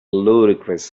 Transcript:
ludicrous